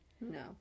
No